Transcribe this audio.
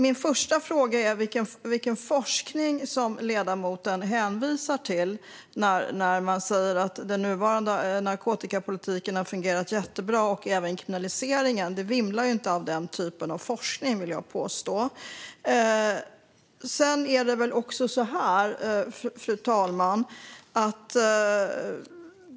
Min första fråga är vilken forskning som ledamoten hänvisar till när han säger att den nuvarande narkotikapolitiken har fungerat jättebra och även kriminaliseringen. Jag vill påstå att det inte vimlar av denna typ av forskning.